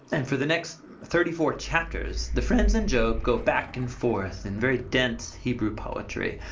and for the next thirty four chapters the friends and job go back and forth in very dense hebrew poetry.